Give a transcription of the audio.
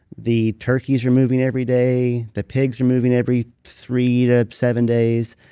the turkeys are moving every day, the pigs are moving every three to seven days.